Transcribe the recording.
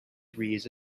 breeze